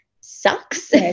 Sucks